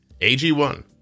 AG1